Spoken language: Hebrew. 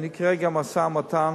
כרגע אני נמצא במשא-ומתן